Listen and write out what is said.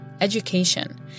education